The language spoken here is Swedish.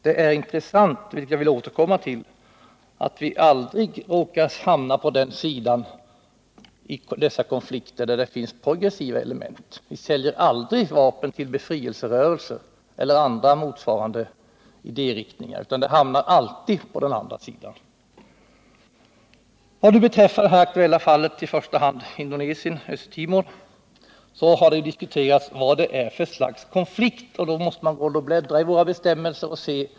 Det är intressant, vilket jag vill återkomma till, att svenska vapen aldrig råkat hamna på den sidan i konflikterna där det finns progressiva element. Vi säljer aldrig vapen till befrielserörelser och andra motsvarande idériktningar, utan de hamnar alltid på den andra sidan. Vad beträffar det nu aktuella fallet, Indonesien och Östra Timor, har det diskuterats vad det är för slags konflikt, och då måste man bläddra i våra bestämmelser.